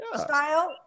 style